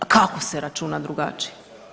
Kako se računa drugačije?